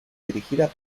dirigida